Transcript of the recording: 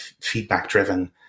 feedback-driven